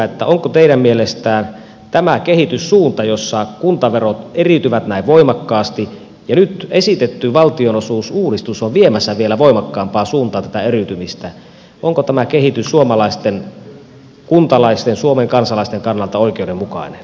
onko teidän mielestänne tämä kehityssuunta jossa kuntaverot eriytyvät näin voimakkaasti ja nyt esitetty valtionosuusuudistus on viemässä tätä eriytymistä vielä voimakkaampaan suuntaan suomalaisten kuntalaisten suomen kansalaisten kannalta oikeudenmukainen